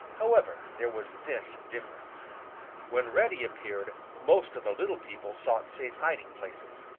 however, there was this difference when reddy appeared, most of the little people sought safe hiding places,